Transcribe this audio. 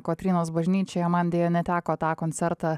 kotrynos bažnyčioje man deja neteko tą koncertą